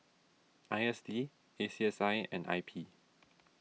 I S D A C S I and I P